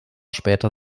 später